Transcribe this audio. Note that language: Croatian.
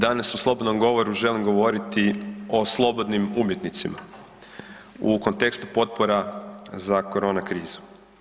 Danas u slobodnom govoru želim govoriti o slobodnim umjetnicima u kontekstu potpora za korona krizu.